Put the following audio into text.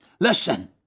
Listen